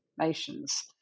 nations